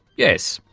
yes,